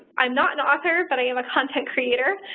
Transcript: i'm not an author, but i am a content creator,